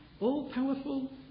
all-powerful